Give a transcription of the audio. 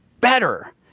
better